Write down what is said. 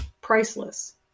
Priceless